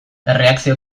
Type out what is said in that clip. erreakzio